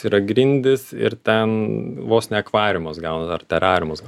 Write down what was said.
yra grindys ir ten vos ne akvariumas gaunas ar terariumas